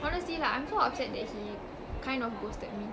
honestly like I'm so upset that he kind of ghosted me